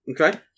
Okay